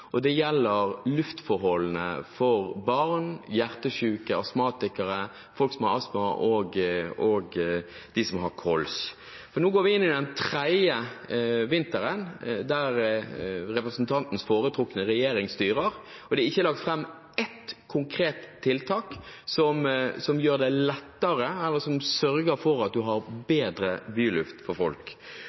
Det gjelder luftforholdene for barn, hjertesyke, astmatikere – folk som har astma, og de som har kols. Nå går vi inn i den tredje vinteren der representantens foretrukne regjering styrer, og det er ikke lagt fram ett konkret tiltak som sørger for at man har bedre byluft for folk.